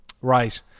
right